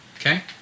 okay